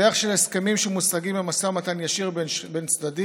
דרך של הסכמים שמושגים במשא ומתן ישיר בין צדדים,